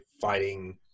fighting